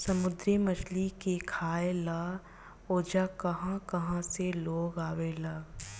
समुंद्री मछली के खाए ला ओजा कहा कहा से लोग आवेला